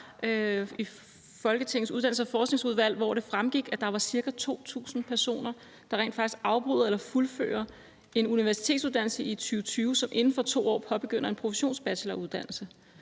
i Folketingets Uddannelses- og Forskningsudvalg, hvor det fremgik, at der var ca. 2.000 personer, der rent faktisk afbryder eller fuldfører en universitetsuddannelse i 2020, som inden for 2 år påbegynder en professionsbacheloruddannelse.